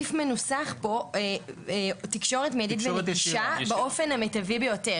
אבל הסעיף מנוסח פה "תקשורת מיידית ונגישה באופן המיטבי ביותר".